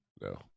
no